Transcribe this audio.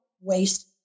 waste